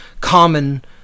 common